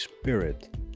spirit